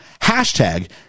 Hashtag